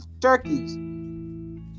turkeys